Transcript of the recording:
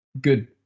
good